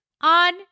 on